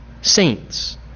Saints